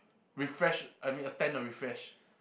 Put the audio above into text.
refresh I mean extend the refresh